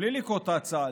בלי לקרוא את ההצעה,